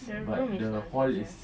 the room is nonsense ya